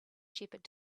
shepherd